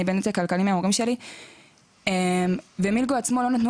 אני בנתק כלכלי מההורים שלי ו"מילגו" עצמו לא נתנו